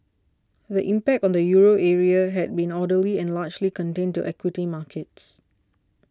the impact on the Euro area has been orderly and largely contained to equity markets